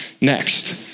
next